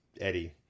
Eddie